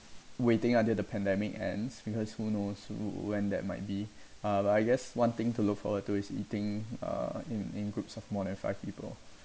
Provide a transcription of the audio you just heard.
waiting until the pandemic ends because who knows wh~ when that might be um I guess one thing to look forward to is eating uh in in groups of more than five people